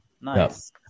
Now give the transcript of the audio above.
nice